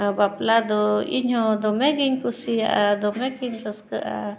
ᱵᱟᱯᱞᱟ ᱫᱚ ᱤᱧ ᱦᱚᱸ ᱫᱚᱢᱮᱜᱤᱧ ᱠᱩᱥᱤᱭᱟᱜᱼᱟ ᱫᱚᱢᱮᱜᱤᱧ ᱨᱟᱹᱥᱠᱟᱹᱜᱼᱟ